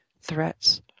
threats